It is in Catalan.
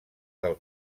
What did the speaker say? del